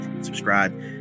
subscribe